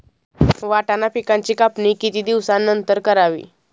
वाटाणा पिकांची कापणी किती दिवसानंतर करावी?